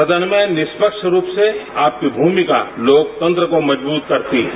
सदन में निष्पक्ष रूप से आप की भूमिका लोकतंत्र को मजबूत करती है